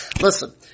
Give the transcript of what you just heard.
Listen